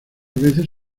veces